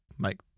make